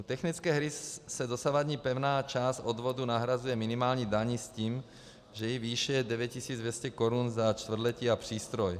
U technické hry se dosavadní pevná část odvodu nahrazuje minimální daní s tím, že její výše je 9 200 korun za čtvrtletí a přístroj.